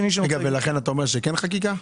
לכן אתה אומר שצריך חקיקה?